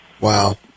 Wow